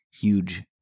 huge